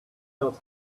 not